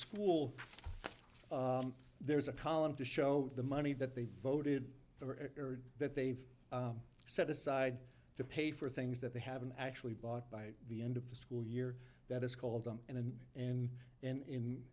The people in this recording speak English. school there's a column to show the money that they voted for that they've set aside to pay for things that they haven't actually bought by the end of the school year that is called them in and in in